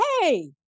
hey